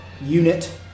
unit